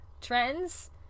trends